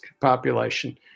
population